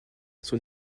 son